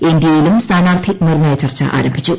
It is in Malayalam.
എൻഡിഎയിലും സ്ഥാനാർത്ഥി നിർണ ചർച്ച ആരംഭിച്ചു